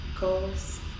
goals